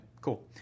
Cool